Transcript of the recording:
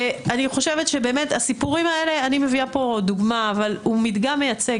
אני מביאה פה דוגמה אבל הוא מדגם מייצג.